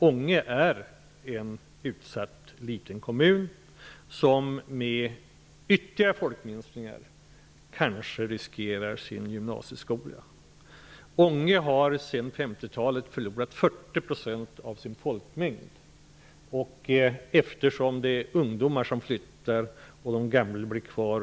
Ånge är en utsatt liten kommun som med ytterligare folkminskningar kanske riskerar sin gymnasieskola. Ånge har sedan 50-talet förlorat 40 % av sin folkmängd. Det är ungdomar som flyttar och gamla som blir kvar.